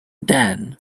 dan